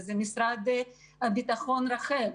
זה משרד הביטחון רח"ל,